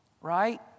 right